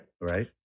right